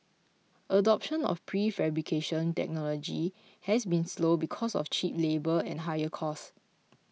adoption of prefabrication technology has been slow because of cheap labour and higher cost